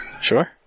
sure